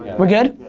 we're good?